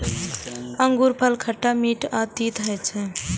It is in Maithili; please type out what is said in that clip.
अंगूरफल खट्टा, मीठ आ तीत होइ छै